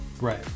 right